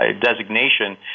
designation